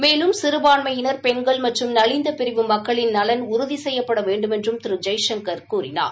மேலும் சிறுபான்மையினர் பெண்கள் மற்றும் நலிந்த பிரிவு மக்களின் நலன் உறுதி செய்யப்பட வேண்டுமென்றும் திரு ஜெய்சங்கர் கூறினார்